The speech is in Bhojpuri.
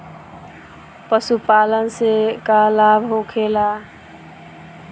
पशुपालन से का लाभ होखेला?